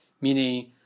meaning